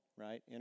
right